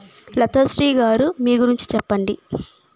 లతశ్రీ గారు మీ గురించి చెప్పండి